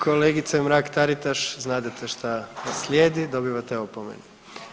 Kolegice Mrak Taritaš znadete šta slijedi, dobivate opomenu.